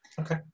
okay